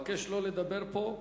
אבקש שלא לדבר פה.